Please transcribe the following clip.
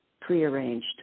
prearranged